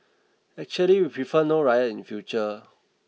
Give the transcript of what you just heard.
actually we prefer no riot in future